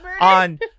on